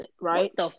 Right